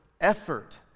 effort